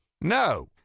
No